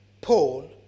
Paul